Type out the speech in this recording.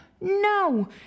No